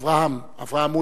אברהם, אברהם היה שמו.